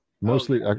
Mostly